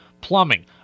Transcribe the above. plumbing